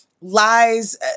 lies